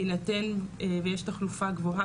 בהינתן ויש תחלופה גבוהה,